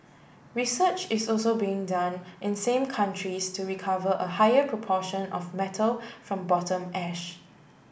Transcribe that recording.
research is also being done in some countries to recover a higher proportion of metal from bottom ash